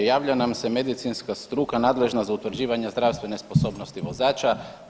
Javlja nam se medicinska struka nadležna za utvrđivanje zdravstvene sposobnosti vozača.